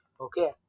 Okay